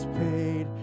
paid